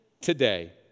today